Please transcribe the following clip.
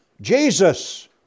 Jesus